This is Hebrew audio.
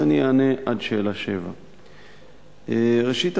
אז אני אענה עד שאלה 7. ראשית,